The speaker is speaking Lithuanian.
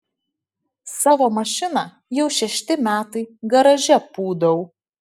savo mašiną jau šešti metai garaže pūdau